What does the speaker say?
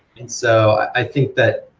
and so i think that